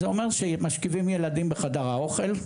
זה אומר שמשכיבים ילדים בחדר האוכל,